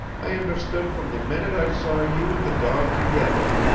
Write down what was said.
i understood from the minute i saw you and the dog together.